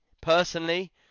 personally